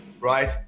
right